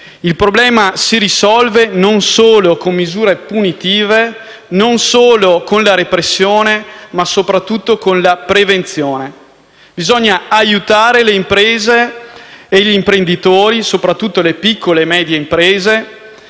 Il problema si risolve non solo con misure punitive, non solo con la repressione, ma soprattutto con la prevenzione. Bisogna aiutare le imprese e gli imprenditori, soprattutto le piccole e medie imprese